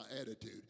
attitude